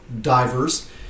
divers